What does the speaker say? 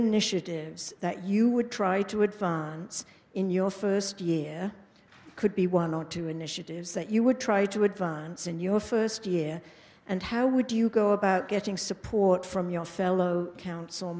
initiatives that you would try to advance in your first year could be one or two initiatives that you would try to advance in your first year and how would you go about getting support from your fellow council